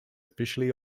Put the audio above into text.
officially